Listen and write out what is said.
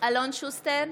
אלון שוסטר,